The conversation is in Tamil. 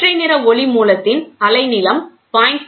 ஒற்றை நிற ஒளி மூலத்தின் அலைநீளம் 0